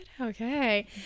Okay